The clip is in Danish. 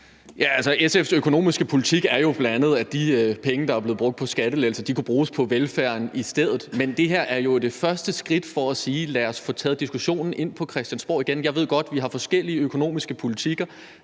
SF's økonomiske politik er jo bl.a., at de penge, der er blevet brugt på skattelettelser, kunne bruges på velfærd i stedet. Det her er jo det første skridt i forhold til at sige: Lad os få taget diskussionen ind på Christiansborg igen. Jeg ved godt, at vi har forskellige økonomiske politikker